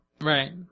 Right